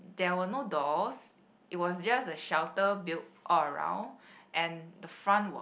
there were no doors it was just a shelter built all around and the front was